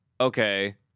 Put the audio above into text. okay